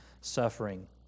suffering